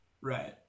Right